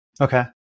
Okay